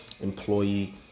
employee